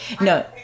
no